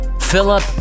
Philip